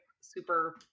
super